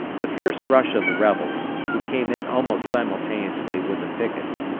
the fierce rush of the rebels, who came in almost simultaneously with the pickets,